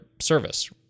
service